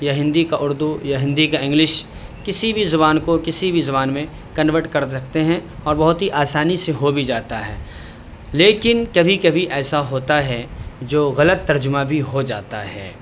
یا ہندی کا اردو یا ہندی کا انگلش کسی بھی زبان کو کسی بھی زبان میں کنورٹ کر سکتے ہیں اور بہت ہی آسانی سے ہو بھی جاتا ہے لیکن کبھی کبھی ایسا ہوتا ہے جو غلط ترجمہ بھی ہو جاتا ہے